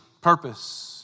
purpose